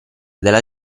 della